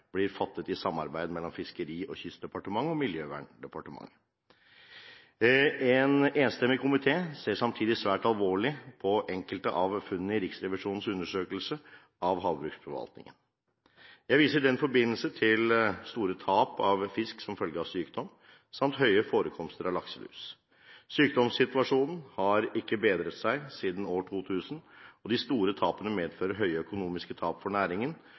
blir fattet i samarbeid mellom Fiskeri- og kystdepartementet og Miljøverndepartementet. En enstemmig komité ser samtidig svært alvorlig på enkelte av funnene i Riksrevisjonens undersøkelse av havbruksforvaltningen. Jeg viser i den forbindelse til store tap av fisk som følge av sykdom, samt høye forekomster av lakselus. Sykdomssituasjonen har ikke bedret seg siden år 2000, og de store tapene medfører store økonomiske tap for næringen